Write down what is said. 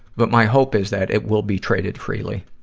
but my hope is that it will be traded freely,